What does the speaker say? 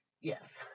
Yes